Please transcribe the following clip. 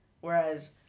whereas